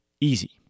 easy